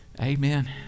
Amen